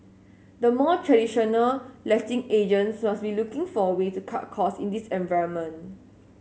the more traditional letting agents must be looking for a way to cut cost in this environment